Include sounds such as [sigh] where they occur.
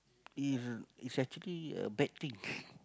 if it's actually a bad thing [laughs]